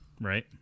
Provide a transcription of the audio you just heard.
Right